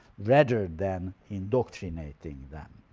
rather than indoctrinating them.